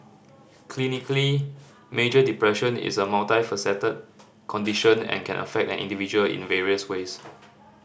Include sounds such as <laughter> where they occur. clinically major depression is a multifaceted condition and can affect an individual in various ways <noise>